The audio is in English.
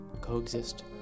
coexist